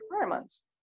requirements